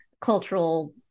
cultural